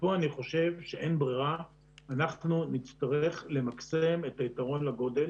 ופה אני חושב שאין ברירה ואנחנו נצטרך למכסם את היתרון לגודל